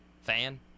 fan